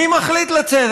מי מחליט לצאת